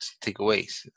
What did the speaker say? takeaways